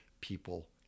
people